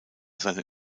seine